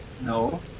No